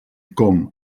com